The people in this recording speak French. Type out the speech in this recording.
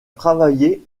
travaillé